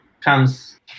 comes